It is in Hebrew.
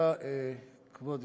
כבוד היושב-ראש,